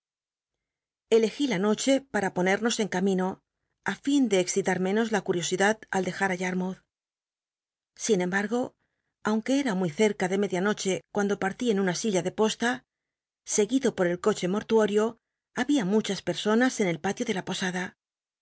elegí la noche pnra ponernos en camino linde excitar menos la clll'iosidad al dejar ti yarmouth sin embargo aunque er t muy cerca de media noche cuando partí en una silla de josta seguido por el coche mortuorio había muchas personas en el palio de la posada